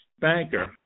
banker